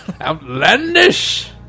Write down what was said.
Outlandish